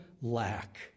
lack